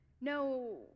No